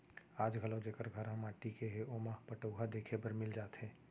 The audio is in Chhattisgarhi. आज घलौ जेकर घर ह माटी के हे ओमा पटउहां देखे बर मिल जाथे